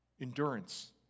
Endurance